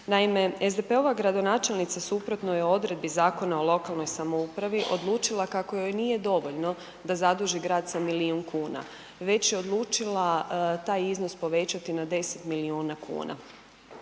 Naime, SDP-ova gradonačelnica suprotno je odredbi Zakona o lokalnoj samoupravi odlučila kako joj nije dovoljno da zaduži grad sa milijun kuna, već je odlučila taj iznos povećati na 10 milijuna kuna.